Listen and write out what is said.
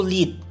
Lead